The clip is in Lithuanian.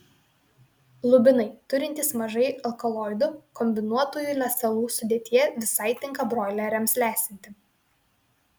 lubinai turintys mažai alkaloidų kombinuotųjų lesalų sudėtyje visai tinka broileriams lesinti